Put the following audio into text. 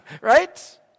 Right